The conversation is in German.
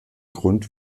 grund